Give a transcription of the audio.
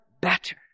better